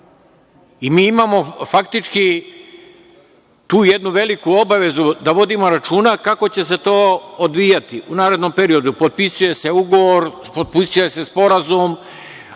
Mi imamo faktički tu jednu veliku obavezu da vodimo računa kako će se to odvijati u narednom periodu. Potpisuje se ugovor, potpisuje se sporazum,